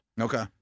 Okay